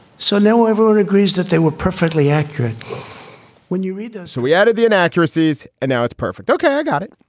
so now everyone agrees that they were perfectly accurate when you read them so we added the inaccuracies and now it's perfect. okay. i got it.